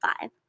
five